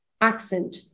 accent